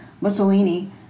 Mussolini